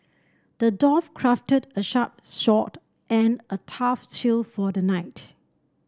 the dwarf crafted a sharp sword and a tough shield for the knight